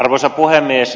arvoisa puhemies